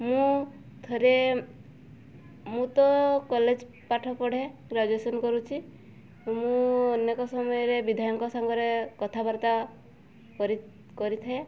ମୁଁ ଥରେ ମୁଁ ତ କଲେଜ ପାଠ ପଢ଼େ ଗ୍ରାଜୁଏସନ୍ କରୁଛି ମୁଁ ଅନେକ ସମୟରେ ବିଧାୟକଙ୍କ ସାଙ୍ଗରେ କଥାବାର୍ତ୍ତା କରି କରିଥାଏ